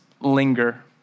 linger